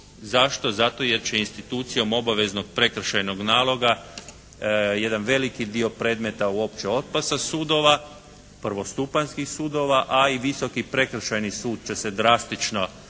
Zašto? Zato jer će institucijom obaveznog prekršajnog naloga jedan veliki dio predmeta uopće otpast sa sudova, prvostupanjskih sudova. A i Visoki prekršajni sud će se drastično